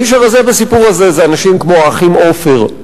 האיש הרזה בסיפור הזה זה אנשים כמו האחים עופר,